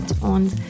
und